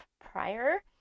prior